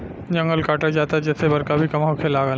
जंगल कटात जाता जेसे बरखा भी कम होखे लागल